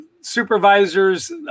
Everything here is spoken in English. supervisors